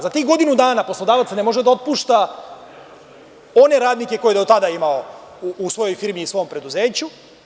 Za tih godinu dana, poslodavac ne može da otpušta one radnike koje je do tada imao u svojoj firmi i svom preduzeću.